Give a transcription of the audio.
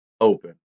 open